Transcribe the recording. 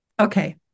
Okay